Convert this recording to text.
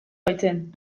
baitzen